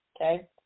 okay